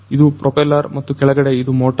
ಇದು ಪ್ರೊಪೆಲ್ಲರ್ ಮತ್ತು ಕೆಳಗಡೆ ಇದು ಮೋಟರ್